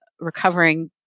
recovering